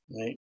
Right